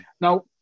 Now